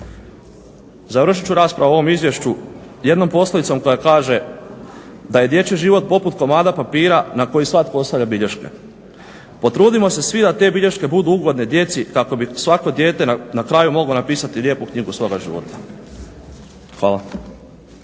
Završit ću raspravu o ovom izvješću jednom poslovicom koja kaže da je dječji život poput komada papira na koji svatko ostavlja bilješke. Potrudimo se svi da te bilješke budu ugodne djeci kako bi svako dijete na kraju moglo napisati lijepu knjigu svoga života. Hvala.